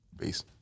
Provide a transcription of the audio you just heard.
Peace